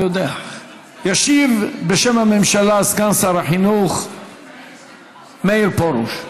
ישיב בשם הממשלה סגן שר החינוך מאיר פרוש.